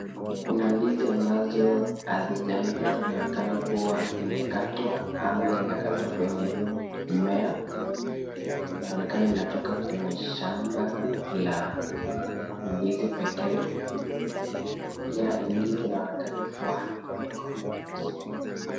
Kuna ndizi ambazo hazijaiva. Inaonekana kuwa imekatwa ama haijakatwa kwenye mmea. Inaonekana inatoka kwenye shamba la ndizi pekee. Pia ndizi inaonekana kuwa imekomaa vizuri.